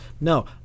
No